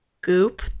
goop